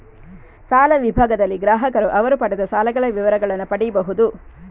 ಸಾಲ ವಿಭಾಗದಲ್ಲಿ ಗ್ರಾಹಕರು ಅವರು ಪಡೆದ ಸಾಲಗಳ ವಿವರಗಳನ್ನ ಪಡೀಬಹುದು